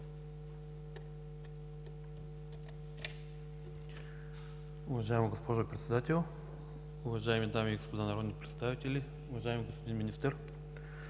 Уважаема госпожо Председател, уважаеми дами и господа народни представители, уважаеми господин Министър!